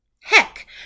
Heck